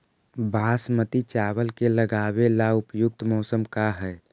बासमती चावल के लगावे ला उपयुक्त मौसम का है?